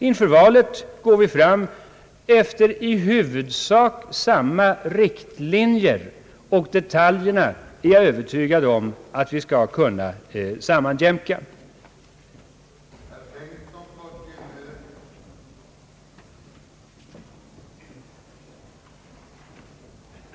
Inför valet går vi nu fram efter i huvudsak samma riktlinjer, och jag är övertygad om att vi skall kunna sammanjämka detaljerna.